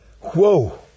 whoa